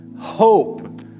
Hope